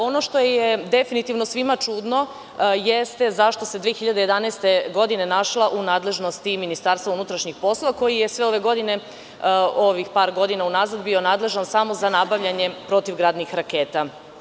Ono što je definitivno svima čudno, jeste zašto se 2011. godine našla u nadležnosti MUP, koji je svih ovih par godina unazad bio nadležan samo za nabavljanje protivgradnih raketa.